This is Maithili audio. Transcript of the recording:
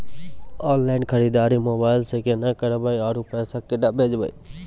ऑनलाइन खरीददारी मोबाइल से केना करबै, आरु पैसा केना भेजबै?